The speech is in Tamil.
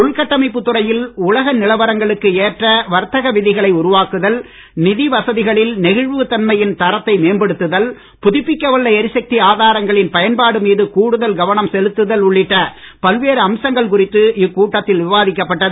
உள் கட்டமைப்புத் துறையில் உலக நிலவரங்களுக்கு ஏற்ற வர்த்தக விதிகளை உருவாக்குதல் நிதி வசதிகளில் நெகிழ்வுத் தன்மையின் தரத்தை மேம்படுத்துதல் புதுப்பிக்கவல்ல எரிசக்தி ஆதாரங்களின் பயன்பாடு மீது கூடுதல் கவனம் செலுத்துதல் உள்ளிட்ட பல்வேறு அம்சங்கள் குறித்து இக்கூட்டத்தில் விவாதிக்கப்பட்டது